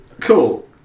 Cool